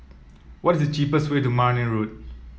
what is the cheapest way to Marne Road